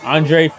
Andre